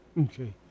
Okay